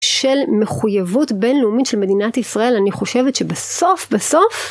של מחויבות בינלאומית של מדינת ישראל אני חושבת שבסוף בסוף